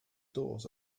doors